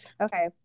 Okay